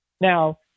Now